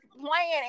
playing